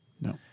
No